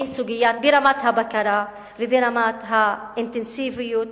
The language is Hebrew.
ברמת הבקרה וברמת האינטנסיביות